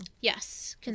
Yes